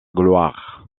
gloire